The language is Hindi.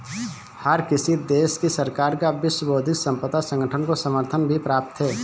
हर किसी देश की सरकार का विश्व बौद्धिक संपदा संगठन को समर्थन भी प्राप्त है